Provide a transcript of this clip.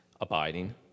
abiding